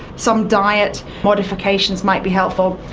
some diet modifications might be helpful.